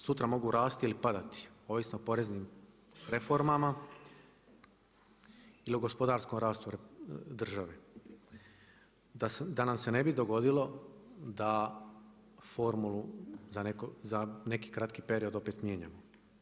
Sutra mogu rasti ili padati ovisno o poreznim reformama ili o gospodarskom rastu države da nam se ne bi dogodilo da formulu za neki kratki period opet mijenjamo.